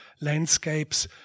landscapes